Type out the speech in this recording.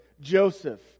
Joseph